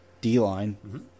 D-line